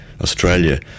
Australia